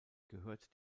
gehört